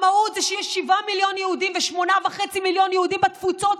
המהות היא שיש שבעה מיליון יהודים ושמונה וחצי מיליון יהודים בתפוצות,